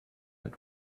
that